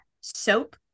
soap